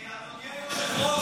אדוני היושב-ראש,